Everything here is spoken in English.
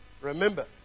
Remember